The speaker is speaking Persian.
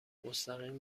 مستقیم